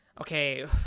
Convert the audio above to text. Okay